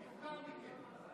תודה רבה לכם.